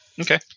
Okay